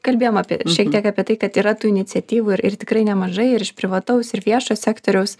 kalbėjom apie šiek tiek apie tai kad yra tų iniciatyvų ir ir tikrai nemažai ir iš privataus ir viešo sektoriaus